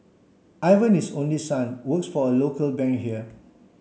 Ivan his only son works for a local bank here